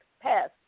past